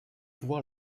pouvoir